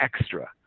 extra